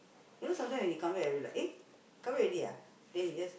you know sometimes when he come back already like eh come back already ah then he just